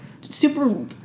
super